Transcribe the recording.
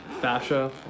fascia